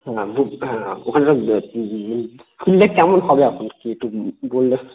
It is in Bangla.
হ্যাঁ হ্যাঁ ওখানে একটা খুললে কেমন হবে আপনি কি একটু বললে